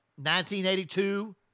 1982